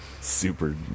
super